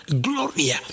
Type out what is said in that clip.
Gloria